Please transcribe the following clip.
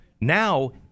Now